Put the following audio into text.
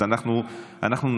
אז אנחנו נצביע.